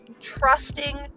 trusting